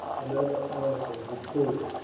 and other articles of food.